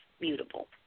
mutable